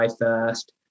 first